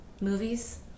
movies